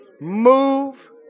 move